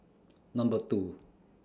Number two